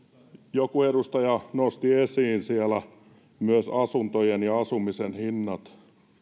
joku edustaja nosti esiin myös asuntojen ja asumisen hinnat